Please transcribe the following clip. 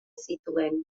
zituen